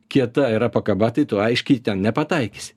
kieta yra pakaba tai tu aiškiai ten nepataikysi